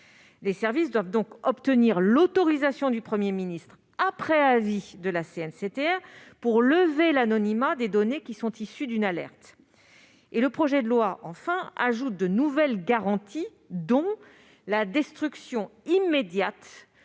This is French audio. Ces derniers doivent obtenir l'autorisation du Premier ministre, après avis de la CNCTR, pour lever l'anonymat des données issues d'une alerte. Enfin, le projet de loi prévoit de nouvelles garanties, dont la destruction immédiate